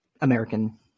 American